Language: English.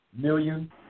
million